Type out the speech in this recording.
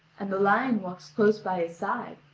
and the lion walks close by his side,